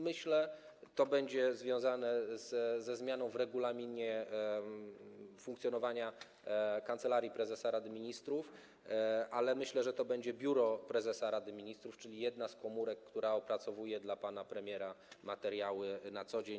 Myślę, że będzie to związane ze zmianą w regulaminie funkcjonowania Kancelarii Prezesa Rady Ministrów, ale będzie tu chodziło o Biuro Prezesa Rady Ministrów, czyli o jedną z komórek, która opracowuje dla pana premiera materiały na co dzień.